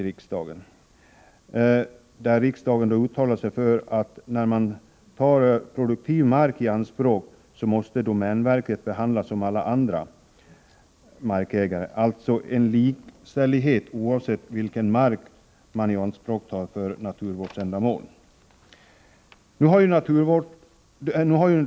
Riksdagen har uttalat att då produktiv mark tas i anspråk måste domänverket behandlas som andra markägare. Det skall alltså vara likställighet oavsett vilken mark som tas i anspråk för naturvårdsändamål.